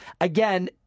Again